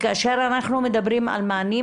כאשר אנחנו מדברים על מענים,